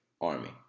army